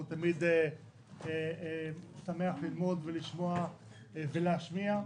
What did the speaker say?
הוא תמיד שמח ללמוד ולשמוע ולהשמיע,